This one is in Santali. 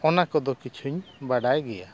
ᱚᱱᱟ ᱠᱚᱫᱚ ᱠᱤᱪᱷᱩᱧ ᱵᱟᱰᱟᱭ ᱜᱮᱭᱟ